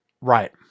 Right